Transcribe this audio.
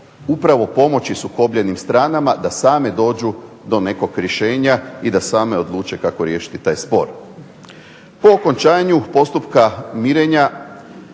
upravo pomoći sukobljenim stranama da same dođu do nekog rješenja i da same odluče kako riješiti taj spor. Po okončanju postupka mirenja